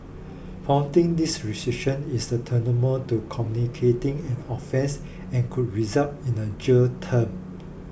flouting these restriction is a tantamount to communicating an offence and could result in a jail term